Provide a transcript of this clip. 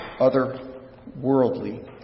Otherworldly